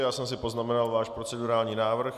Já jsem si poznamenal váš procedurální návrh.